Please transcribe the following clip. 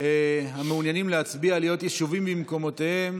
המעוניינים להצביע להיות ישובים ממקומותיהם,